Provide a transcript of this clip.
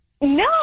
No